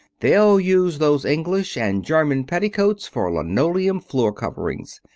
they'll use those english and german petticoats for linoleum floor-coverings.